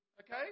Okay